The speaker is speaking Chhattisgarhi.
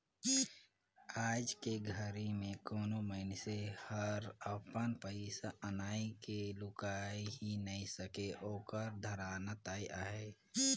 आयज के घरी मे कोनो मइनसे हर अपन पइसा अनई के लुकाय ही नइ सके ओखर धराना तय अहे